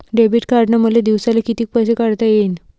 Debit कार्डनं मले दिवसाले कितीक पैसे काढता येईन?